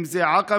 אם זה עקבה,